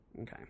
Okay